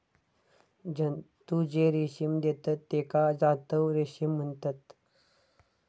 जंतु जे रेशीम देतत तेका जांतव रेशीम म्हणतत